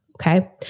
Okay